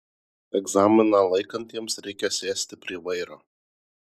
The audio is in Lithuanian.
egzaminą laikantiems reikia sėsti prie vairo